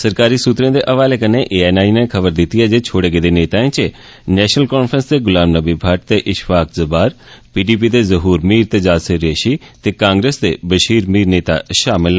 सरकारी सूत्तरे दे हवाले कन्ने एएनआई नै खबर दिती ऐ जे छोड़े गेदे नेताये च नैशनल कांफ्रेस दे गुलाम नबी भटट ते ईश्फाक ज़ब्बार पीडीपी दे जहूर मीर ते जासिर रेशी ते कांग्रेस दे बशीर मीर नेता शामल न